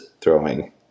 throwing